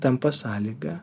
tampa sąlyga